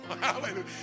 Hallelujah